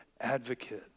advocate